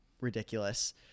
ridiculous